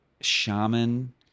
shaman